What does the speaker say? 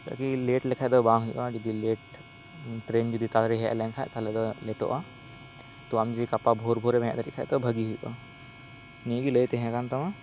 ᱪᱮᱫᱟᱜ ᱠᱤ ᱞᱮᱴ ᱞᱮᱠᱷᱟᱱ ᱫᱚ ᱵᱟᱝ ᱦᱩᱭᱩᱜᱼᱟ ᱡᱩᱫᱤ ᱞᱮᱴ ᱴᱨᱮᱱ ᱡᱩᱫᱤ ᱛᱟᱲᱟᱛᱟᱲᱤ ᱦᱮᱡ ᱞᱮᱱ ᱠᱷᱟᱱ ᱛᱟᱦᱞᱮ ᱛᱚ ᱞᱮᱴᱳᱜᱼᱟ ᱛᱚ ᱟᱢ ᱡᱮ ᱜᱟᱯᱟ ᱵᱷᱳᱨ ᱵᱷᱳᱨᱮᱢ ᱦᱮᱡ ᱫᱟᱲᱮᱭᱟᱜ ᱠᱷᱟᱱ ᱵᱷᱟᱹᱜᱤ ᱦᱩᱭᱩᱜᱼᱟ ᱱᱤᱭᱟᱹᱜᱮ ᱞᱟᱹᱭ ᱛᱟᱦᱮᱸ ᱠᱟᱱ ᱛᱟᱢᱟ